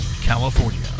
California